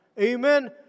Amen